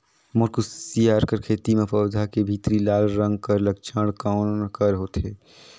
मोर कुसियार कर खेती म पौधा के भीतरी लाल रंग कर लक्षण कौन कर होथे?